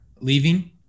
leaving